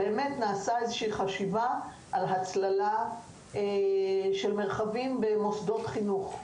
נעשתה איזו שהיא חשיבה על הצללה של מרחבים במוסדות חינוך.